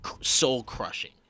soul-crushing